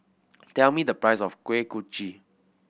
tell me the price of Kuih Kochi